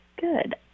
Good